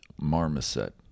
marmoset